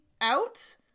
out